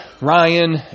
Ryan